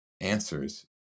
answers